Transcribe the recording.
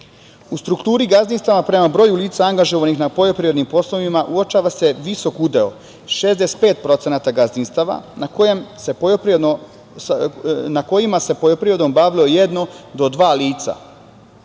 strukturi gazdinstva prema broju lica angažovanih na poljoprivrednim poslovima uočava se visok udeo 65% gazdinstava na kojima se poljoprivredom bavilo jedno do dva lica.U